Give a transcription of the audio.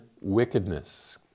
wickedness